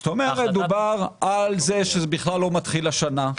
זאת אומרת, מדובר על זה שזה בכלל לא מתחיל השנה,